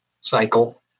cycle